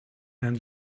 and